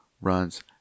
runs